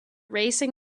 racing